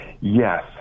Yes